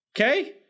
Okay